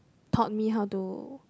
taught me how to